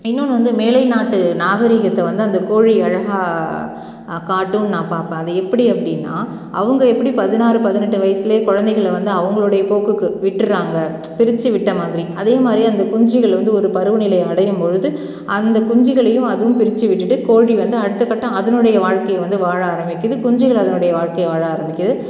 இன்னொன்று வந்து மேலைநாட்டு நாகரீகத்தை வந்து அந்த கோழி அழகாக காட்டும் நான் பார்ப்பேன் அது எப்படி அப்படின்னா அவங்க எப்படி பதினாறு பதினெட்டு வயதிலையே குழந்தைகள வந்து அவங்களுடைய போக்குக்கு விட்டுடுறாங்க பிரித்து விட்ட மாதிரி அதேமாதிரி அந்த குஞ்சுகள் வந்து ஒரு பருவநிலையை அடையும் பொழுது அந்த குஞ்சுகளையும் அதுவும் பிரித்து விட்டுட்டு கோழி வந்து அடுத்தக்கட்ட அதனுடைய வாழ்க்கையை வந்து வாழ ஆரமிக்குது குஞ்சுகள் அதனுடைய வாழ்க்கையை வாழ ஆரமிக்குது